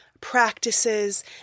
practices